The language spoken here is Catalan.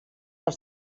els